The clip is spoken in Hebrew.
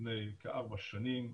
לפני כארבע שנים,